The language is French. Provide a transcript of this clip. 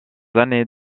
années